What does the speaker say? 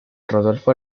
rodolfo